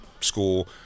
school